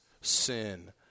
sin